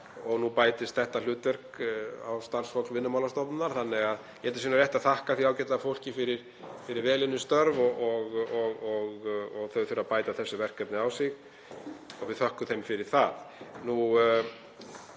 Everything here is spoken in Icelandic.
og nú bætist þetta hlutverk á starfsfólk Vinnumálastofnunar, þannig að ég held að það sé nú rétt að þakka því ágæta fólki fyrir vel unnin störf. Þau þurfa að bæta þessu verkefni á sig og við þökkum þeim fyrir það.